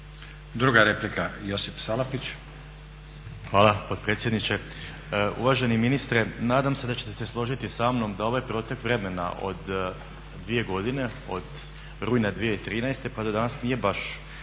**Salapić, Josip (HDSSB)** Hvala potpredsjedniče. Uvaženi ministre, nadam se da ćete se složiti samnom da ovaj protek vremena od 2 godine od rujna 2013. pa do danas nije baš